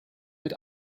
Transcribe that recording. mit